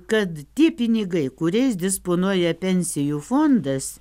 kad tie pinigai kuriais disponuoja pensijų fondas